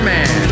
Man